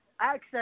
access